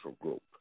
group